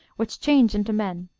which change into men.